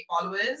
followers